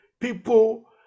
people